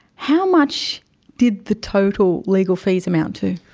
how much did the total legal fees amount to?